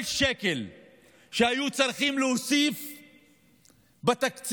כל שקל שהיו צריכים להוסיף בתקציב,